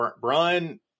brian